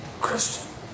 Christian